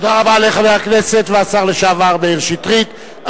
תודה רבה לחבר הכנסת והשר לשעבר מאיר שטרית.